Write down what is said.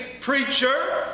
preacher